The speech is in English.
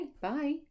bye